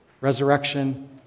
resurrection